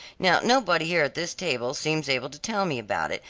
now nobody here at this table seems able to tell me about it,